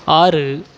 ஆறு